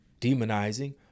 demonizing